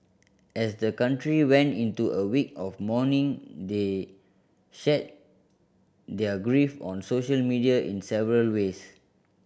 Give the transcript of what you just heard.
as the country went into a week of mourning they shared their grief on social media in several ways